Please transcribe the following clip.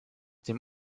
dem